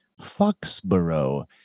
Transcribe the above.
Foxborough